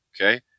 okay